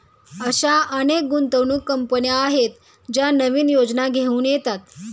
अशा अनेक गुंतवणूक कंपन्या आहेत ज्या नवीन योजना घेऊन येतात